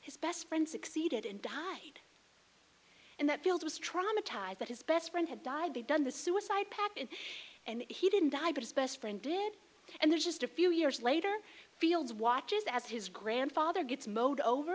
his best friend succeeded and died and that field was traumatized that his best friend had died they done the suicide pact and he didn't die but his best friend did and they're just a few years later fields watches as his grandfather gets mowed over